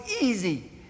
easy